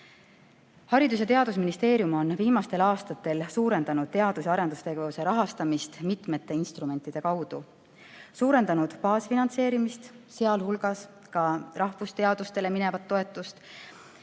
Haridus- ja Teadusministeerium on viimastel aastatel suurendanud teadus- ja arendustegevuse rahastamist mitme instrumendi kaudu. Oleme suurendanud baasfinantseerimist, sh rahvusteadustele minevat toetust,